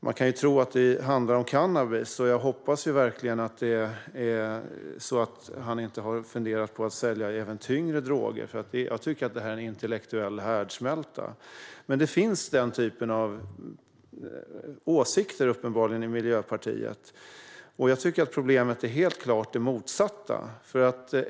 Man kan ju tro att det handlar om cannabis, och jag hoppas verkligen att han inte har funderat på försäljning även av tyngre droger. Jag tycker att det här är en intellektuell härdsmälta, men uppenbarligen finns ändå den typen av åsikter i Miljöpartiet För mig är problemet helt klart det motsatta.